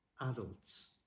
adults